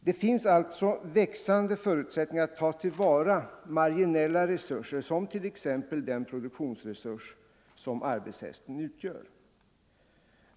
Det finns alltså nu anledning att ta till vara även marginella resurser, t.ex. den produktionsresurs som arbetshästen utgör.